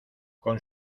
con